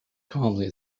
calmly